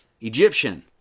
Egyptian